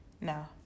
no